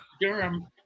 Durham